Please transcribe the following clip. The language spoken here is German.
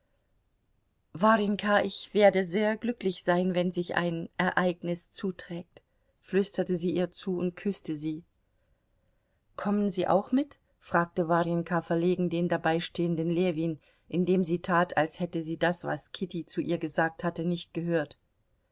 warjenka ich werde sehr glücklich sein wenn sich ein ereignis zuträgt flüsterte sie ihr zu und küßte sie kommen sie auch mit fragte warjenka verlegen den dabeistehenden ljewin indem sie tat als hätte sie das was kitty zu ihr gesagt hatte nicht gehört